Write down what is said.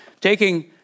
Taking